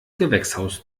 gewächshaus